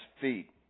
feet